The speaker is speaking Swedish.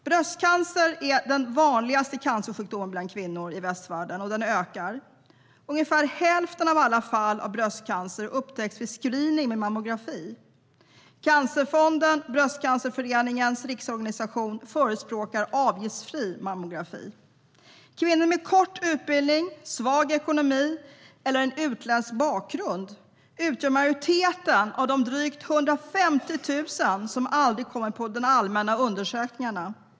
Bröstcancer är den vanligaste cancersjukdomen bland kvinnor i västvärlden, och den ökar. Ungefär hälften av alla fall av bröstcancer upptäcks vid screening med mammografi. Cancerfonden och Bröstcancerföreningarnas riksorganisation förespråkar avgiftsfri mammografi. Kvinnor med kort utbildning, svag ekonomi eller utländsk bakgrund utgör majoriteten av de drygt 150 000 som aldrig kommer på de allmänna undersökningarna.